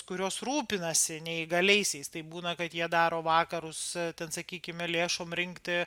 kurios rūpinasi neįgaliaisiais tai būna kad jie daro vakarus ten sakykime lėšom rinkti